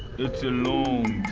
it's a long